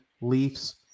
leafs